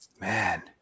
Man